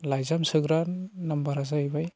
लाइजाम सोग्रा नाम्बारा जाहैबाय